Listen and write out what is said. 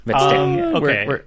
Okay